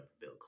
Bill